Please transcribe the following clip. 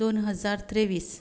दोन हजार तेवीस